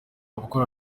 ukora